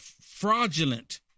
fraudulent